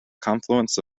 confluence